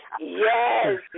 yes